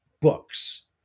books